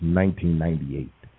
1998